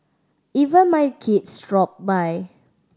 even my kids dropped by